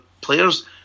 players